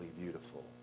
beautiful